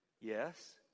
Yes